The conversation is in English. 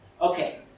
okay